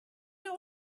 know